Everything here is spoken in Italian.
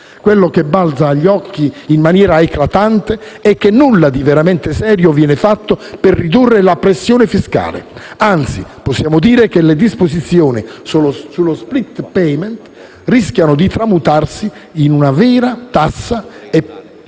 Quello che balza agli occhi in maniera eclatante è che nulla di veramente serio viene fatto per ridurre la pressione fiscale; anzi, possiamo dire che le disposizioni sullo *split payment* rischiano di tramutarsi in una tassa vera